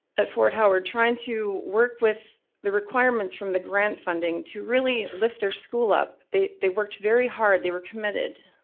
at fort howard, trying to work with the requirements from the grant funding to really lift their school up. they they worked very hard, they were committed.